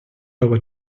over